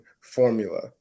formula